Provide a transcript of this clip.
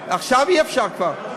עכשיו כבר אי-אפשר.